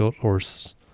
horse